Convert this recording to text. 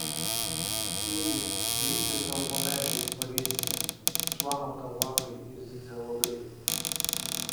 sėdi drybsai sau po medžiais pavėsyje šlama tau lapai ir zyzia uodai